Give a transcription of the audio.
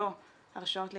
לא את הרשאות להתחייב,